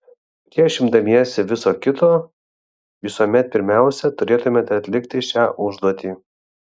prieš imdamiesi viso kito visuomet pirmiausia turėtumėte atlikti šią užduotį